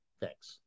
thanks